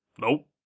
Nope